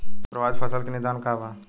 प्रभावित फसल के निदान का बा?